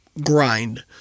grind